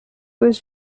was